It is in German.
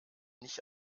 nicht